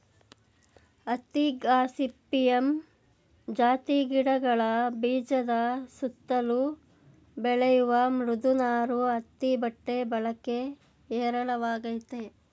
ಹತ್ತಿ ಗಾಸಿಪಿಯಮ್ ಜಾತಿ ಗಿಡಗಳ ಬೀಜದ ಸುತ್ತಲು ಬೆಳೆಯುವ ಮೃದು ನಾರು ಹತ್ತಿ ಬಟ್ಟೆ ಬಳಕೆ ಹೇರಳವಾಗಯ್ತೆ